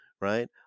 right